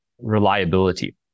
reliability